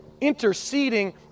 interceding